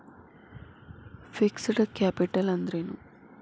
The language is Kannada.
ಫಿಕ್ಸ್ಡ್ ಕ್ಯಾಪಿಟಲ್ ಅಂದ್ರೇನು?